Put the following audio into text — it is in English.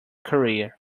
career